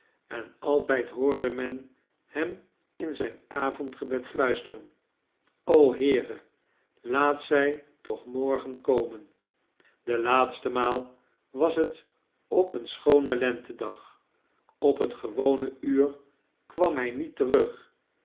en altijd hoorde men hem in zijn avondgebed fluisteren heere laat zij toch morgen komen de laatste maal was het op een schoonen lentedag op het gewone uur kwam hij niet terug